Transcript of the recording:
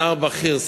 לשר בכיר,